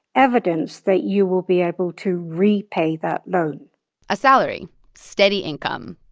evidence that you will be able to repay that loan a salary steady income.